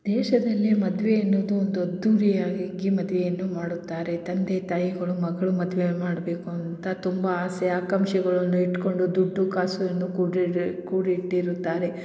ದೇಶದಲ್ಲಿ ಮದುವೆ ಅನ್ನೋದು ಒಂದು ಅದ್ದೂರಿಯಾಗಿ ಮದುವೆಯನ್ನು ಮಾಡುತ್ತಾರೆ ತಂದೆ ತಾಯಿಗಳು ಮಗ್ಳ ಮದುವೆ ಮಾಡಬೇಕು ಅಂತ ತುಂಬ ಆಸೆ ಆಕಾಂಕ್ಷೆಗಳನ್ನು ಇಟ್ಟುಕೊಂಡು ದುಡ್ಡು ಕಾಸು ಅನ್ನು ಕೂಡಿಟ್ ಕೂಡಿಟ್ಟಿರುತ್ತಾರೆ